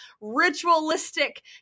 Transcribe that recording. ritualistic